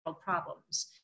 problems